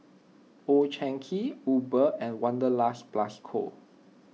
Old Chang Kee Uber and Wanderlust Plus Co